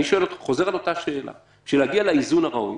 אני חוזר על אותה שאלה: בשביל להגיע לאיזון הראוי,